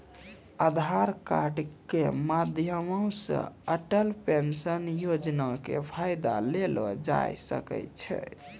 आधार कार्ड के माध्यमो से अटल पेंशन योजना के फायदा लेलो जाय सकै छै